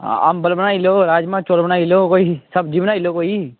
अंबल बनाई लैओ राजमांह् बनाई लैओ चोल बनाई लैओ कोई सब्जी बनाई लैओ कोई